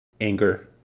anger